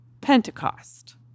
Pentecost